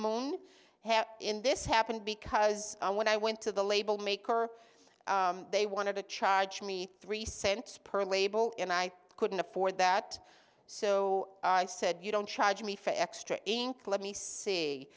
have in this happened because when i went to the label maker they wanted to charge me three cents per label and i couldn't afford that so i said you don't charge me for extra ink let me see